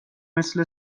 مثل